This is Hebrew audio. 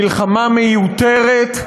מלחמה מיותרת,